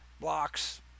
blocks